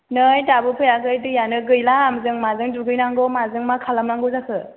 नै दाबो फैयाखै दैयानो गैला जों माजों दुगैनांगौ माजों मा खालामनांगौ जाखो